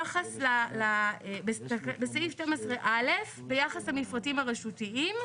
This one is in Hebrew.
בסעיף 12(א) ביחס המפרטים הרשותיים,